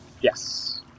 Yes